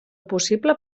possible